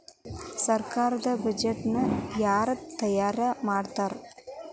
ಸರ್ಕಾರದ್ ಬಡ್ಜೆಟ್ ನ ಯಾರ್ ತಯಾರಿ ಮಾಡ್ತಾರ್?